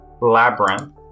labyrinth